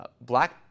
black